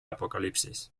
apocalipsis